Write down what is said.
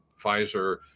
Pfizer